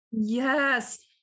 Yes